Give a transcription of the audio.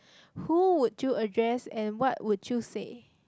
who would you address and what would you say